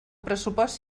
pressupost